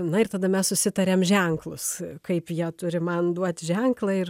na ir tada mes susitarėm ženklus kaip jie turi man duot ženklą ir